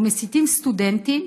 או מסיתים סטודנטים.